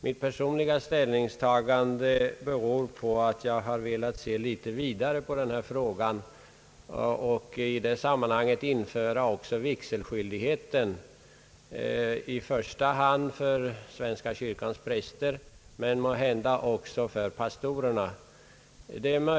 Min personliga ståndpunkt beror på att jag har velat se litet vidare på denna fråga och införa också vigselskyldigheten i sammanhanget, i första hand för svenska kyrkans präster, men måhända också för pastorerna.